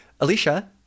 Alicia